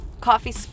coffee